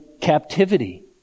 captivity